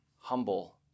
humble